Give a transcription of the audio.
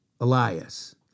Elias